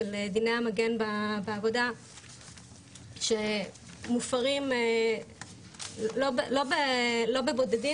של דיני המגן בעבודה שמופרים לא בבודדים,